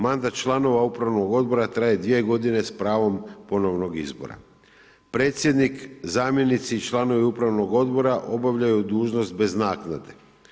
Mandat članova upravnog odbora traje dvije godine s pravom ponovnog izbora. predsjednik, zamjenici i članovi upravnog odbora obavljaju dužnost bez naknade.